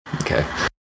Okay